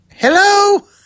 hello